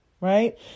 right